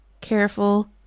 careful